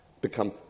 become